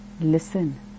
listen